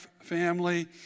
family